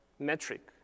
metric